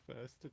first